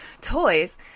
toys